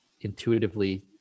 intuitively